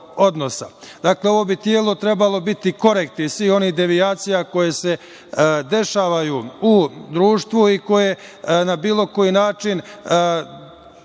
odnosa. Dakle, ovo bi telo trebalo biti korektiv svih onih devijacija koje se dešavaju u društvu i koje na bilo koji način